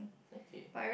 okay